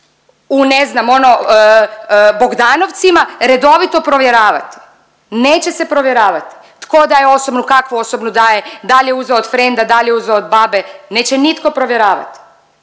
u ne znam ono Bogdanovcima redovito provjeravati. Neće se provjeravati tko daje osobnu, kakvu osobnu daje, da li je uzeo od frenda, da li je uzeo od babe. Neće nitko provjeravati.